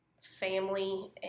family